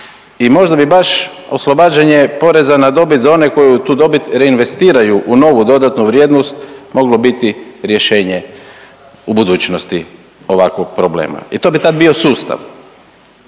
i možda bi baš oslobađanje poreza na dobit za one koji tu dobit reinvestiraju u novu dodatnu vrijednost moglo biti rješenje u budućnosti ovakvog problema. I to bi tad bio sustav,